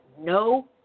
no